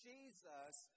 Jesus